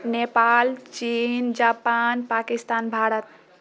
नेपाल चीन जापान पाकिस्तान भारत